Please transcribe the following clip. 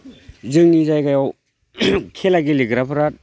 जोंनि जायगायाव खेला गेलेग्राफ्रा